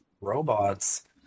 robots